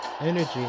energy